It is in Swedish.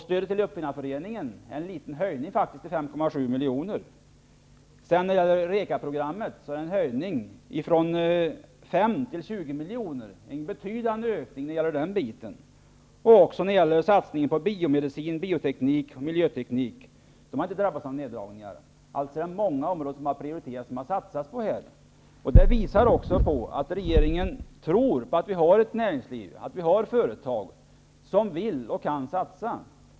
Stödet till Uppfinnarföreningen innebär faktiskt en liten höjning till 5,7 milj.kr. När det gäller Eurekaprogrammet föreslås en höjning från 5 milj.kr. till 20 milj.kr., en betydande ökning när det gäller den delen. Satsningen på biomedicin och miljöteknik har inte drabbats av neddragningar. Det är många områden som har prioriterats och som regeringen har satsat på. Det visar också att regeringen tror på att vi har ett näringsliv och företag som vill och kan satsa.